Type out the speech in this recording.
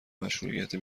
مشروعیت